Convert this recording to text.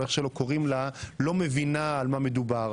או איך שלא קוראים לה לא מבינה על מה מדובר.